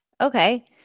Okay